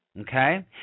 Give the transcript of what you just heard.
okay